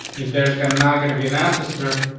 if there's gonna not gonna be an ancestor,